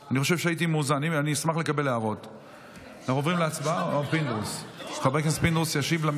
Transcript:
ואני אומר בראש ובראשונה לי,